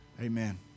Amen